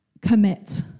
commit